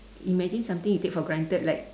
imagine something you take for granted like